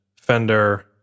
Fender